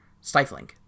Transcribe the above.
stifling